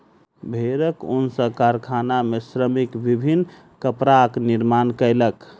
भेड़क ऊन सॅ कारखाना में श्रमिक विभिन्न कपड़ाक निर्माण कयलक